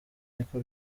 niko